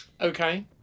Okay